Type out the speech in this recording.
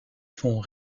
font